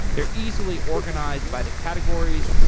they're easily organized by the categories.